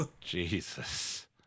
Jesus